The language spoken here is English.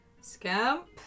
Scamp